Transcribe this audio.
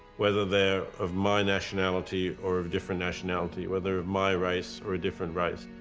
whether they're of my nationality or of different nationality, whether of my race or a different race.